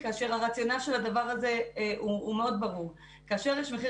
כאשר הרציונל של הדבר הזה הוא מאוד ברור: כאשר יש מחיר